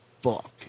fuck